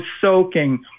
soaking